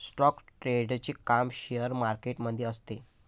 stock ट्रेडरचे काम share market मध्ये असते